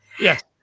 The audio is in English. Yes